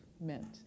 meant